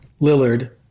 Lillard